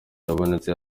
yabonetse